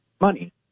money